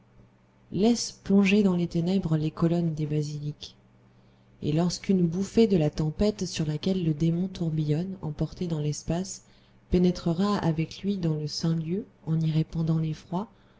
laisse plongées dans les ténèbres les colonnes des basiliques et lorsqu'une bouffée de la tempête sur laquelle le démon tourbillonne emporté dans l'espace pénétrera avec lui dans le saint lieu en y répandant l'effroi